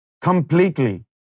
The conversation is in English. completely